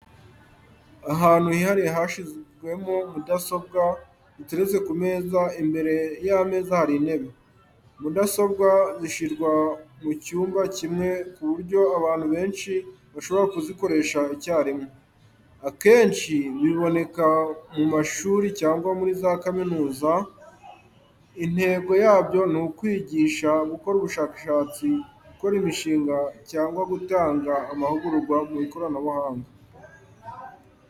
Ahantu hihariye hashyizwemo mudasobwa, ziteretse ku meza, imbere y'ameza hari intebe. Mudasobwa zishyirwa mu cyumba kimwe ku buryo abantu benshi bashobora kuzikoresha icyarimwe. Akenshi biboneka mu mashuri cyangwa muri za kaminuza. Intego yabyo ni ukwigisha, gukora ubushakashatsi, gukora imishinga, cyangwa gutanga amahugurwa mu ikoranabuhanga.